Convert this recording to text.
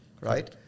Right